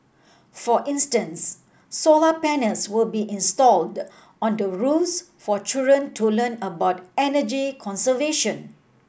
for instance solar panels will be installed on the roofs for children to learn about energy conservation